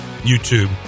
YouTube